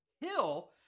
Hill